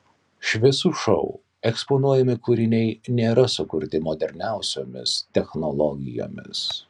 šviesų šou eksponuojami kūriniai nėra sukurti moderniausiomis technologijomis